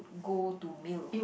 go to meal